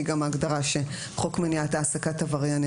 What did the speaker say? היא גם ההגדרה שחוק מניעת העסקת עברייני